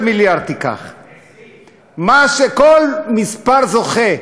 15 מיליארד תיקח, 20. כל מספר זוכה.